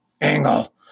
Angle